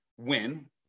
win